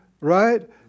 Right